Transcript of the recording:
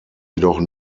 jedoch